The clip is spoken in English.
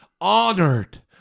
honored